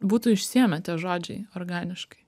būtų išsiėmę tie žodžiai organiškai